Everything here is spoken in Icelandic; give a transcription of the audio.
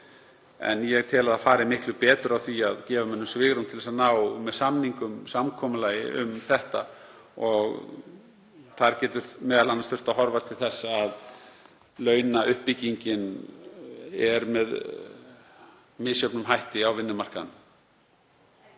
en ég tel að miklu betur fari á því að gefa mönnum svigrúm til að ná með samningum samkomulagi um þetta. Þar getur m.a. þurft að horfa til þess að launauppbyggingin er með misjöfnum hætti á vinnumarkaðnum.